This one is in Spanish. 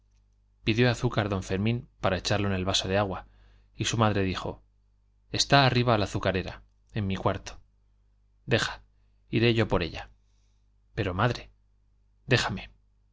pidió azúcar don fermín para echarlo en el vaso de agua y su madre dijo está arriba la azucarera en mi cuarto deja iré yo por ella pero madre déjame